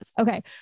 Okay